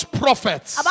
prophets